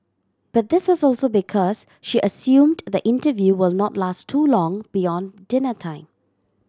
but this was also because she assumed the interview will not last too long beyond dinner time